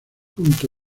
punto